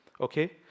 okay